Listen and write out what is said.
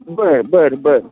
बर बर बर